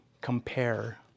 compare